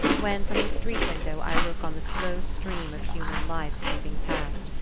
when from the street-window i look on the slow stream of human life creeping past,